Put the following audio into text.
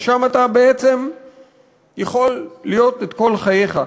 כי שם אתה בעצם יכול להיות את כל חייך.